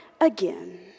again